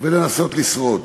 ולנסות לשרוד.